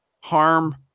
harm